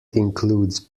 includes